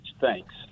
Thanks